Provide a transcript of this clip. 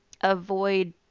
avoid